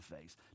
face